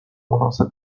مناسب